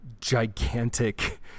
gigantic